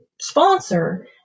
sponsor